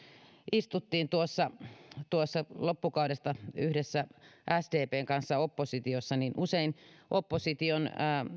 istuttiin tuossa tuossa loppukaudesta yhdessä sdpn kanssa oppositiossa usein opposition